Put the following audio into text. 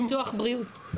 וביטוח בריאות.